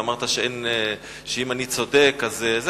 ואמרת שאם אני צודק אז זה,